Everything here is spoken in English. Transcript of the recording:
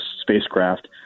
spacecraft